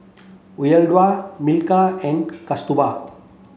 Uyyalawada Milkha and Kasturba